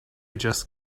just